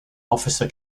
officer